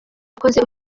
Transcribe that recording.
wakoze